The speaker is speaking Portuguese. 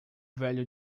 velho